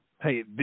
hey